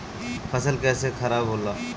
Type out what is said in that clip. फसल कैसे खाराब होला?